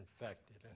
infected